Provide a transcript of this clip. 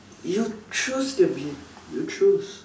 you choose to be you choose